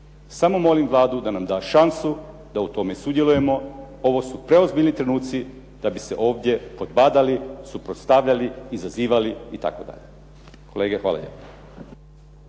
Samo molim Vladu da nam da šansu da u tome sudjelujemo, ovo su preozbiljni trenutci da bi se ovdje podbadali, suprostavljali, izazivali itd.. Kolege hvala lijepa.